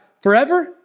forever